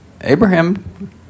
Abraham